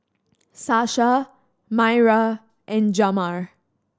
Sasha Myra and Jamar